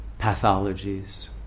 pathologies